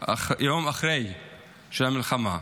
שאחרי המלחמה.